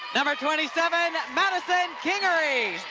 number twenty seven, madison kingery.